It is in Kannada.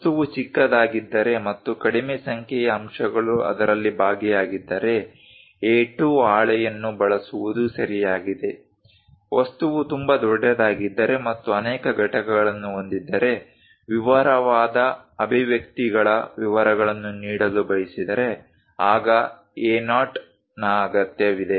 ವಸ್ತುವು ಚಿಕ್ಕದಾಗಿದ್ದರೆ ಮತ್ತು ಕಡಿಮೆ ಸಂಖ್ಯೆಯ ಅಂಶಗಳು ಅದರಲ್ಲಿ ಭಾಗಿಯಾಗಿದ್ದರೆ A2 ಹಾಳೆಯನ್ನು ಬಳಸುವುದು ಸರಿಯಾಗಿದೆ ವಸ್ತುವು ತುಂಬಾ ದೊಡ್ಡದಾಗಿದ್ದರೆ ಮತ್ತು ಅನೇಕ ಘಟಕಗಳನ್ನು ಹೊಂದಿದ್ದರೆ ವಿವರವಾದ ಅಭಿವ್ಯಕ್ತಿಗಳ ವಿವರಗಳನ್ನು ನೀಡಲು ಬಯಸಿದರೆ ಆಗ A0 ನ ಅಗತ್ಯವಿದೆ